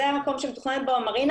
זה המקום בו מתוכננת המרינה.